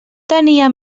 tenia